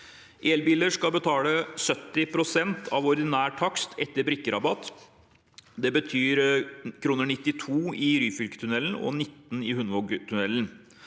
Elbiler skal betale 70 pst. av ordinær takst etter brikkerabatt. Det betyr 92 kr i Ryfylketunnelen og 19 kr i Hundvågtunnelen.